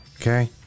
okay